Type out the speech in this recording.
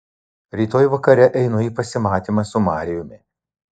rytoj vakare einu į pasimatymą su marijumi